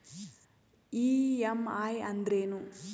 EMI ಅಂದ್ರೇನು?